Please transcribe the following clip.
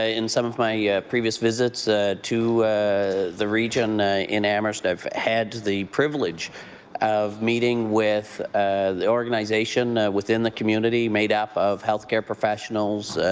ah in some of my previous visits ah to the region in amhurst, i've had the privilege of meeting with the organization within the community made up of health care professionals,